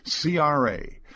CRA